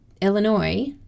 illinois